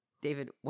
David